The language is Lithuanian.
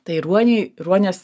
tai ruoniai ruonės